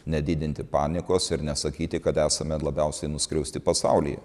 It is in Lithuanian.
nedidinti paniekos ir nesakyti kad esame labiausiai nuskriausti pasaulyje